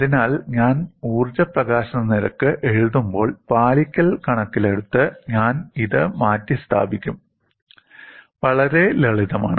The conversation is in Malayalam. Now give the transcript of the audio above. അതിനാൽ ഞാൻ ഊർജ്ജ പ്രകാശന നിരക്ക് എഴുതുമ്പോൾ പാലിക്കൽ കണക്കിലെടുത്ത് ഞാൻ ഇത് മാറ്റിസ്ഥാപിക്കും വളരെ ലളിതമാണ്